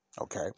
Okay